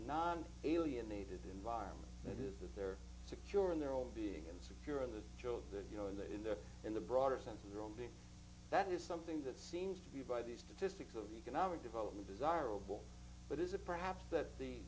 non alienated environment that is that they're secure in their own being and secure in the job that you know in the in their in the broader sense of their own being that is something that seems to be by these statistics of economic development desirable but is it perhaps that the